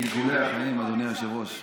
גלגולי החיים, אדוני היושב-ראש.